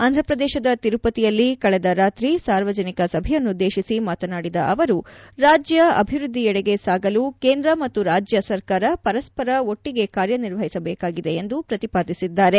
ಆಂಧಪ್ರದೇಶದ ತಿರುಪತಿಯಲ್ಲಿ ಕಳೆದ ರಾತ್ರಿ ಸಾರ್ವಜನಿಕ ಸಭೆಯನ್ನುದ್ದೇಶಿಸಿ ಮಾತನಾಡಿದ ಅವರು ರಾಜ್ಯ ಅಭಿವೃದ್ಧಿಯಡೆಗೆ ಸಾಗಲು ಕೇಂದ್ರ ಮತ್ತು ರಾಜ್ಯ ಸರ್ಕಾರ ಪರಸ್ಪರ ಒಟ್ಟಿಗೆ ಕಾರ್ಯನಿರ್ವಹಿಸಬೇಕಿದೆ ಎಂದು ಪ್ರತಿಪಾದಿಸಿದ್ದಾರೆ